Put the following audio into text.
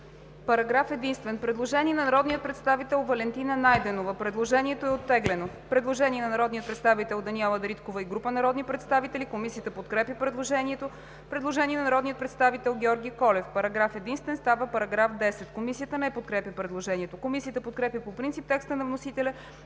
Параграф единствен. Предложение на народния представител Валентина Найденова. Предложението е оттеглено. Предложение на народния представител Даниела Дариткова и група народни представители. Комисията подкрепя предложението. Предложение на народния представител Георги Колев: „Параграф единствен става § 10.“ Комисията не подкрепя предложението. Комисията подкрепя по принцип текста на вносителя